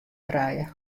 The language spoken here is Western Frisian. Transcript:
krije